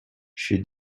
she